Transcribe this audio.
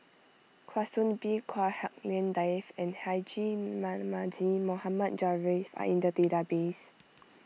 Kwa Soon Bee Chua Hak Lien Dave and Haji Namazie Mohamed Javad are in the database